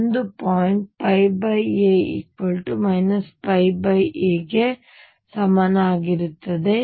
ಒಂದು point a a ಗೆ ಸಮನಾಗಿರುತ್ತದೆ